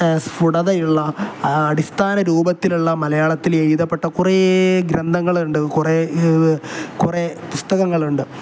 സ്ഫുടതയുള്ള അടിസ്ഥാന രൂപത്തിലുള്ള മലയാളത്തിൽ എഴുതപ്പെട്ട കുറേ ഗ്രന്ഥങ്ങൾ ഉണ്ട് കുറേ കുറേ പുസ്തകങ്ങൾ ഉണ്ട്